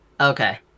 Okay